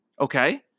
okay